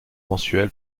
mensuel